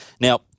Now